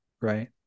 right